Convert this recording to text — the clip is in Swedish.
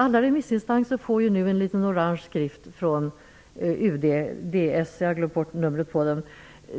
Alla remissinstanser får nu en liten orange skrift från UD